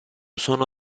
sono